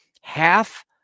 half